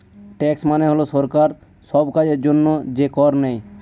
tax মানে হল সরকার সব কাজের জন্য যে কর নেয়